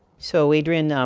so adrienne,